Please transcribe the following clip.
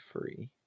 free